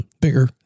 Bigger